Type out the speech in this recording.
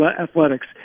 athletics